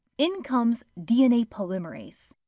in comes dna polymerase.